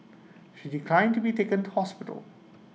she declined to be taken to hospital